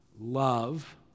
love